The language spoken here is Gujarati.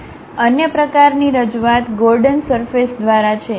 અન્ય પ્રકારની રજૂઆત ગોર્ડન સરફેસ દ્વારા છે